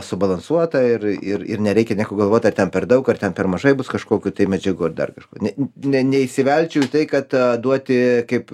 subalansuota ir ir ir nereikia nieko galvot ar ten per daug ar ten per mažai bus kažkokių tai medžiagų ar dar kažko ne ne neįsivečiau į tai kad duoti kaip